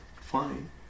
fine